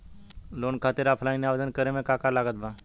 Loan खातिर offline आवेदन करे म का का लागत बा?